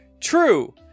True